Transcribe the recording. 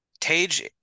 Tage